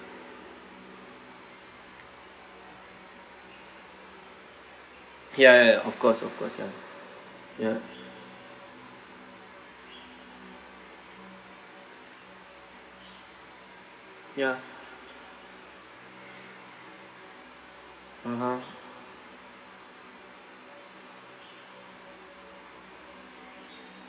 ya ya ya of course of course ya ya ya (uh huh)